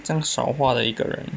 这样少话的一个人